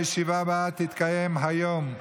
הישיבה הבאה תתקיים היום,